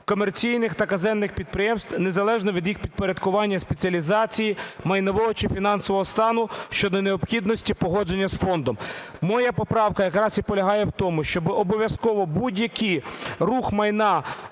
комерційних та казенних підприємств, незалежно від їх підпорядкування, спеціалізації, майнового чи фінансового стану щодо необхідності погодження з фондом. Моя поправка якраз і полягає в тому, щоби обов'язково будь-який рух майна